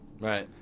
Right